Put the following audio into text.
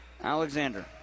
Alexander